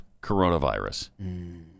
coronavirus